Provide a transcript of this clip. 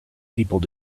people